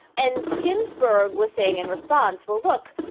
and ginsburg. was saying in response, we'll look,